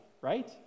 right